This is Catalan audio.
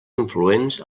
influents